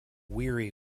weary